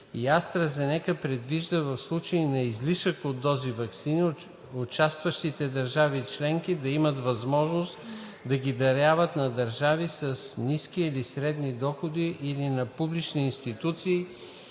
„АстраЗенека“, предвижда в случай на излишък от дози ваксини, участващите държави членки да имат възможност да ги даряват на държави с ниски или средни доходи или на публични институции